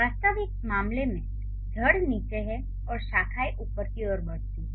वास्तविक मामले में जड़ नीचे है और शाखाएं ऊपर की ओर बढ़ती हैं